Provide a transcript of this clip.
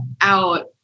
out